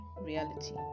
reality